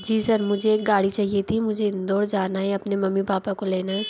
जी sir मुझे एक गाड़ी चाहिए थी मुझे इंदौर जाना है अपने मम्मी पापा को लेना है